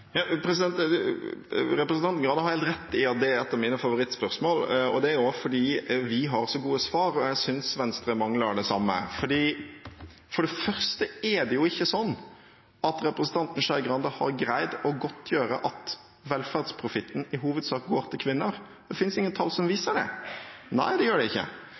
Representanten Skei Grande har helt rett i at det er et av mine favorittspørsmål. Det er fordi vi har så gode svar, og jeg synes Venstre mangler det samme. For det første er det ikke slik at representanten Skei Grande har greid å godtgjøre at velferdsprofitten i hovedsak går til kvinner. Det finnes ingen tall som viser det – nei, det gjør det ikke.